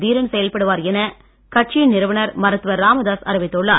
தீரன் செயல்படுவார் என கட்சியின் நிறுவனர் மருத்துவர் ராமதாஸ் அறிவித்துள்ளார்